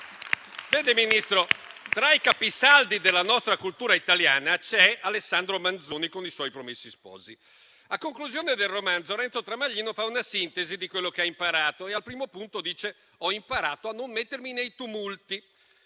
Vede, Ministro, tra i capisaldi della nostra cultura italiana c'è Alessandro Manzoni con i suoi «Promessi sposi». A conclusione del romanzo, Renzo Tramaglino fa una sintesi di quello che ha imparato e al primo punto dice che ha imparato a non mettersi nei tumulti.